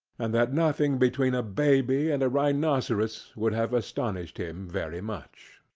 and that nothing between a baby and rhinoceros would have astonished him very much.